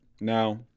Now